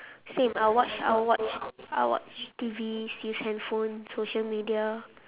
same I'll watch I'll watch I'll watch T_V use handphone social media